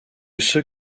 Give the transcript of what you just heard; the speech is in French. ceux